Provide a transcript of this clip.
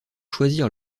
choisir